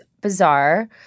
bizarre